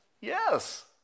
Yes